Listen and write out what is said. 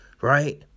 right